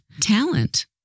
talent